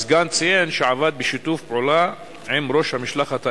הסגן ציין שעבד בשיתוף פעולה עם ראש המשלחת האירנית.